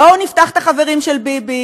בואו נפתח את החברים של ביבי,